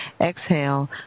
Exhale